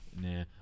Nah